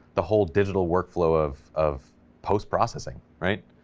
the whole digital workflow of of post-processing right,